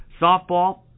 Softball